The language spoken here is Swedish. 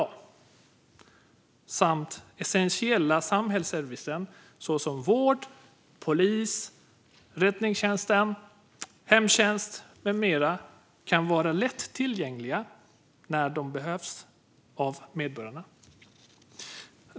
Den är också viktig för att den essentiella samhällsservicen såsom vård, polis, räddningstjänst, hemtjänst med mera är lätt tillgänglig när medborgarna behöver den.